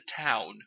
town